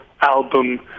album